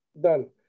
Done